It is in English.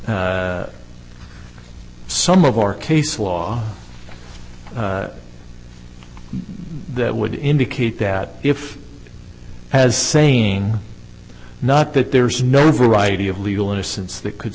some of our case law that would indicate that if as saying not that there's no variety of legal innocence that could